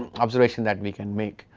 observation that we can make.